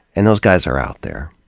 and those guys are out there.